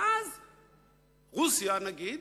ואז רוסיה, נגיד,